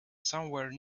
somewhere